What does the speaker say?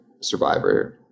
Survivor